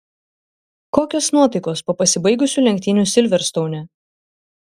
kokios nuotaikos po pasibaigusių lenktynių silverstoune